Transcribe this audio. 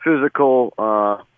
physical